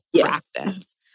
practice